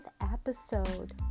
episode